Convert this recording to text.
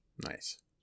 Nice